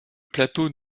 plateau